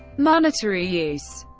monetary use